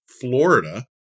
Florida